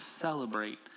celebrate